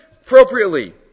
appropriately